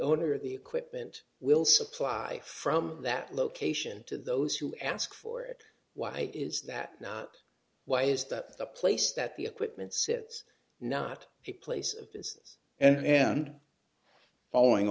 owner of the equipment will supply from that location to those d who ask for it why is that not why is that the place that the equipment sits not a place of business and following